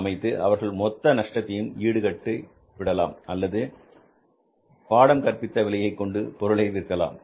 அமைத்து அவர்களது மொத்த நஷ்டத்தையும் ஈடு கட்டலாம் அல்லது பாடம் கற்பித்த விலையை கொண்டு பொருளை விற்கலாம்